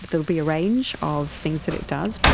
there'll be a range of things that it does.